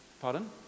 Pardon